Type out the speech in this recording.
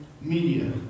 media